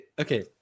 Okay